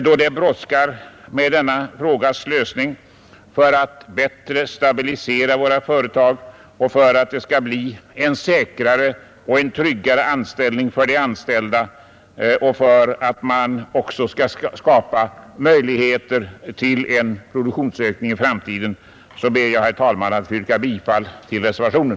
Då det brådskar med denna frågas lösning för att bättre stabilisera våra företag, för att anställningen skall bli säkrare och tryggare och för att man också skall skapa möjligheter till en produktionsökning i framtiden, så ber jag att få yrka bifall till reservationen.